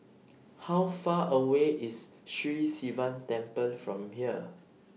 How Far away IS Sri Sivan Temple from here